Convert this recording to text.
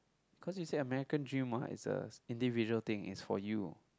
because you say American dream what is a individual thing it's for you